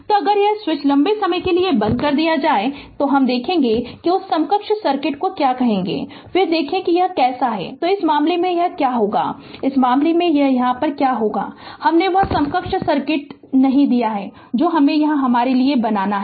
तो अगर यह स्विच लंबे समय के लिए बंद कर दिया गया था यदि देखें उस समकक्ष सर्किट को क्या कहते हैं फिर देखें कि यह कैसा है तो इस मामले में क्या होगा कि इस मामले में यहां क्या होगा हमने वह समकक्ष सर्किट नहीं दिया है जो हमे यहाँ हमारे लिए बनाना है